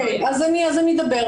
אוקיי, אז אני אדבר.